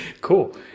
Cool